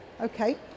Okay